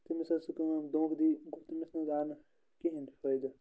تٔمِس حظ سہ کٲم دھونٛکہ دی گوٚو تٔمِس نہ حظ آو نہٕ کِہیٖنۍ فٲیدٕ